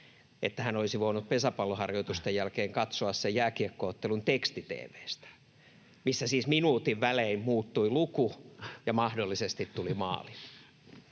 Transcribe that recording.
että hän olisi voinut pesäpalloharjoitusten jälkeen katsoa sen jääkiekko-ottelun teksti-tv:stä, missä siis minuutin välein muuttui luku ja mahdollisesti tuli maali.